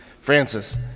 Francis